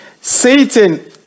Satan